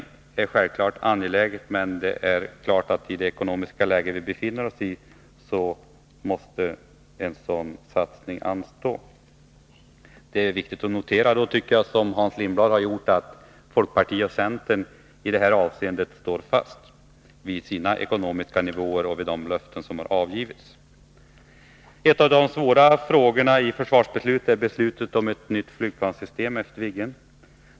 Det är självfallet angeläget, men det är klart att i det ekonomiska läge som vi befinner oss i måste en sådan satsning anstå. Det är då viktigt att notera, såsom Hans Lindblad har gjort, att folkpartiet och centern i det här avseendet står fast vid sina ekonomiska nivåer och vid de löften som har avgivits. En av de svåra frågorna i försvarsbeslutet är beslutet om ett nytt flygplanssystem efter Viggen.